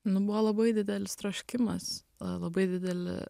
nu buvo labai didelis troškimas labai didelė